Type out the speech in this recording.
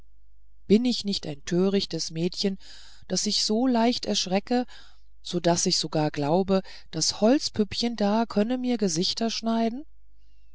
bin ich nicht ein töricht mädchen daß ich so leicht erschrecke so daß ich sogar glaube das holzpüppchen da könne mir gesichter schneiden